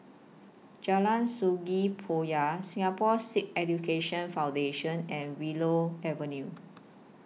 Jalan Sungei Poyan Singapore Sikh Education Foundation and Willow Avenue